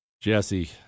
Jesse